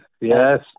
yes